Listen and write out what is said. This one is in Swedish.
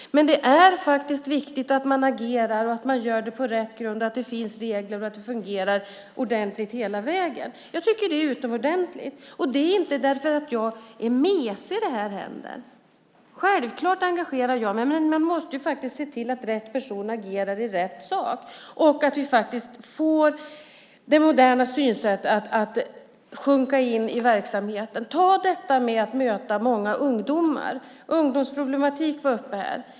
Men det är viktigt att man agerar och att man gör det på rätt grund, att det finns regler och att det fungerar ordentligt hela vägen. Jag tycker att det är utomordentligt. Det är inte för att jag är mesig när sådant här händer. Självklart engagerar jag mig, men man måste se till att rätt person agerar i rätt sak och att vi faktiskt får det moderna synsättet att sjunka in i verksamheten. Ta exempelvis detta att möta många ungdomar - ungdomsproblematik var ju uppe här.